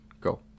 go